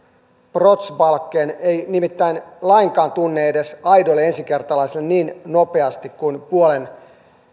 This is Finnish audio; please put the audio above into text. brottsbalken ei nimittäin lainkaan tunne edes aidoille ensikertalaisille niin nopeasti kuin puolen